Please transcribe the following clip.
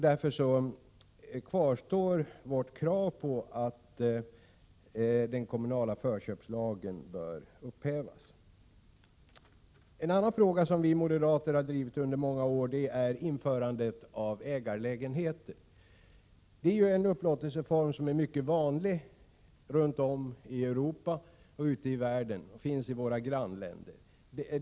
Därmed kvarstår vårt krav på att förköpslagen bör upphävas. En annan fråga som vi moderater har drivit under många år är införandet av ägarlägenheter. Det är en upplåtelseform som är mycket vanlig i Europa och i övriga världen och den finns också i våra grannländer.